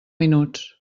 minuts